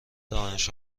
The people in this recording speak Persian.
دانش